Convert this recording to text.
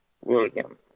William